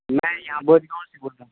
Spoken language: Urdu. میں یہاں پر بول رہا ہوں